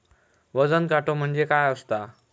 वजन काटो म्हणजे काय असता?